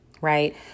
right